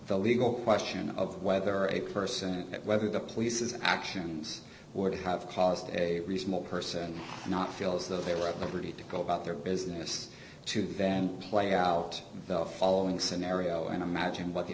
the legal question of whether a person whether the police's actions would have caused a reasonable person not feel as though they were at liberty to go about their business to then play out the following scenario and imagine what the